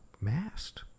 masked